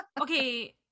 okay